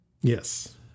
Yes